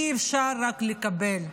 אי-אפשר רק לקבל,